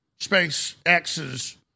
SpaceX's